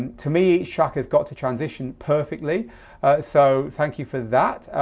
to me track has got to transition perfectly so thank you for that.